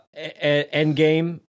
Endgame